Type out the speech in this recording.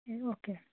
جی او کے